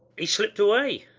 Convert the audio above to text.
he's slipt away.